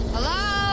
Hello